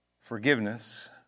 forgiveness